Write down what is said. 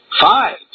Five